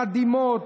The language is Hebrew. מדהימות,